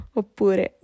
oppure